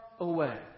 Away